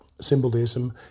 symbolism